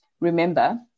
Remember